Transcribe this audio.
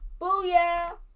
Booyah